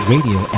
Radio